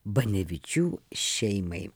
banevičių šeimai